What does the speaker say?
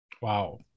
Wow